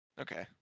Okay